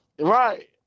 Right